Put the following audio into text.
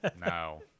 no